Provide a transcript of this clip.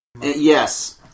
Yes